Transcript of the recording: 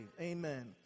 Amen